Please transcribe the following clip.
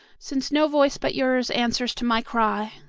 since no voice but yours answers to my cry.